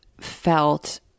felt